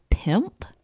pimp